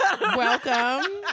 Welcome